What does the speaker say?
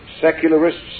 secularists